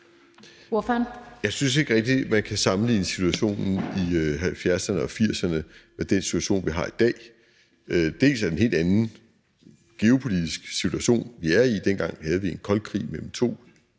Jeg synes ikke rigtig, at man kan sammenligne situationen i 1970'erne og 1980'erne med den situation, vi har i dag. Det er en helt anden geopolitisk situation, vi er i. Dengang havde vi en kold krig mellem to